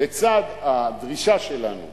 לצד הדרישה שלנו,